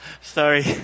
Sorry